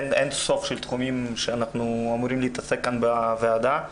אין סוף של תחומים שאנחנו אמורים להתעסק כאן בוועדה.